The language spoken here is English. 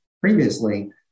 previously